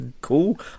cool